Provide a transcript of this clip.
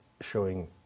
showing